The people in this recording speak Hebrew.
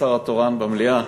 השר התורן במליאה,